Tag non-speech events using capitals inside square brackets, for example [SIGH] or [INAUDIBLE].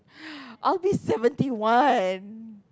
[NOISE] I'll be seventy one